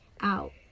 out